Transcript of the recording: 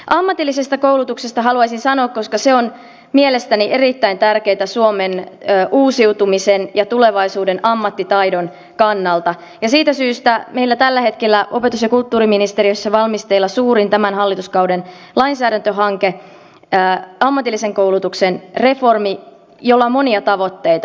ammatillisesta koulutuksesta haluaisin sanoa koska se on mielestäni erittäin tärkeää suomen uusiutumisen ja tulevaisuuden ammattitaidon kannalta että siitä syystä meillä tällä hetkellä opetus ja kulttuuriministeriössä on valmisteilla suurin tämän hallituskauden lainsäädäntöhanke ammatillisen koulutuksen reformi jolla on monia tavoitteita